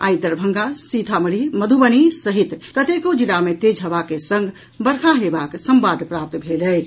आइ दरभंगा सीतामढ़ी मधुबनी सहित कतेको जिला मे तेज हवा के संग बर्षा हेबाक संवाद प्राप्त भेल अछि